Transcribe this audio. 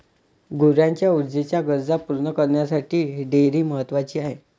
गुरांच्या ऊर्जेच्या गरजा पूर्ण करण्यासाठी डेअरी महत्वाची आहे